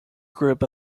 group